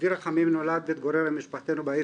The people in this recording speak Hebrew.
אבי רחמים נולד והתגורר עם משפחתנו בעיר